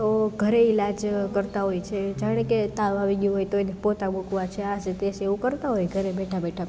તો ઘરે ઈલાજ કરતાં હોય છે જાણે કે તાવ આવી ગયો હોય તો એને પોતા મૂકવા છે આ છે તે છે એવું કરતાં હોય ઘરે બેઠા બેઠા